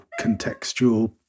contextual